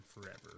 Forever